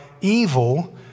evil